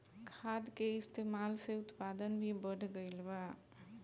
खाद के इस्तमाल से उत्पादन भी बढ़ गइल बा